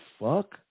fuck